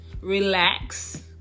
relax